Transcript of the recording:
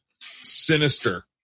sinister